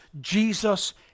Jesus